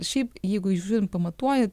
šiaip jeigu žiūrint pamatuojant